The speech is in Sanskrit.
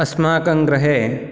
अस्माकं गृहे